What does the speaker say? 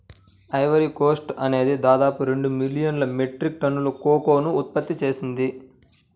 Ivory Coast అనేది దాదాపు రెండు మిలియన్ మెట్రిక్ టన్నుల కోకోను ఉత్పత్తి చేసింది